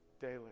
daily